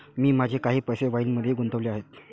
मी माझे काही पैसे वाईनमध्येही गुंतवले आहेत